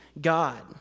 God